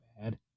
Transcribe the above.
bad